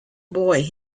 boy